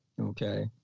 Okay